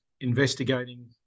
investigating